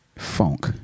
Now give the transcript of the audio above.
Funk